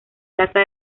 plaza